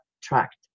tract